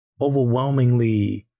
overwhelmingly